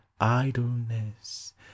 idleness